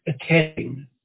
attending